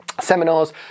seminars